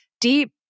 deep